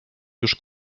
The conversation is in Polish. już